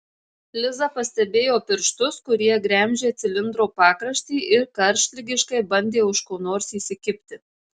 liza pastebėjo pirštus kurie gremžė cilindro pakraštį ir karštligiškai bandė už ko nors įsikibti